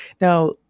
Now